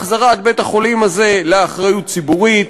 החזרת בית-החולים הזה לאחריות ציבורית,